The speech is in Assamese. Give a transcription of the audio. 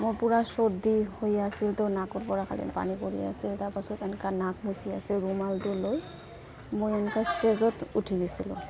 মোৰ পূৰা চৰ্দি হৈ আছিল তো নাকতপৰা খালি পানী পৰি আছিল তাৰপাছত এনকা নাক মচি আছিলোঁ ৰুমালটো লৈ মই এনেকা ষ্টেজত উঠি দিছিলোঁ